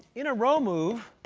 in a row move,